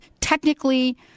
technically